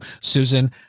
susan